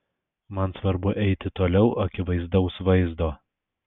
man svarbu eiti toliau akivaizdaus vaizdo